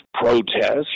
protests